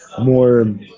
more